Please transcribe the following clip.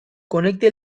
conecte